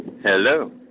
Hello